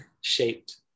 shaped